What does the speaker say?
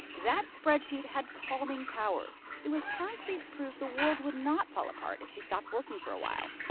that spreadsheet had calming powers. it was concrete proof the world would not fall apart if she stopped working for a while.